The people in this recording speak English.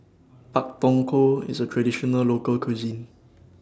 Pak Thong Ko IS A Traditional Local Cuisine